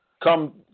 come